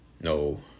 no